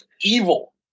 evil